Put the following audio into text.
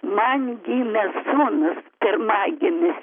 man gimė sūnus pirmagimis